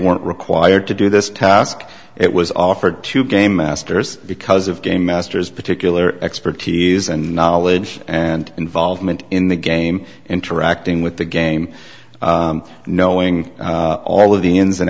weren't required to do this task it was offered to game masters because of game masters particular expertise and knowledge and involvement in the game interacting with the game knowing all of the ins and